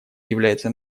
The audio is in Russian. является